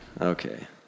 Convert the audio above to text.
Okay